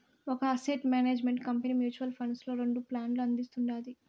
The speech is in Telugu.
ఒక asset management company mutual funds లో రెండు ప్లాన్లు అందిస్తుండాది